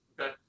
okay